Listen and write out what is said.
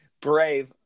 brave